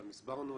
גם הסברנו,